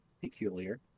Peculiar